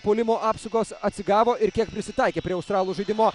puolimo apsukos atsigavo ir kiek prisitaikė prie australų žaidimo